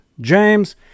james